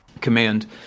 command